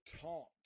taunt